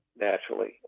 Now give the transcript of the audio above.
naturally